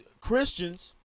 Christians